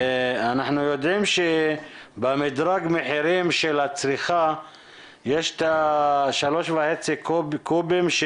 אנחנו יודעים שבמדרג מחירים של הצריכה יש את ה-3.5 קובים.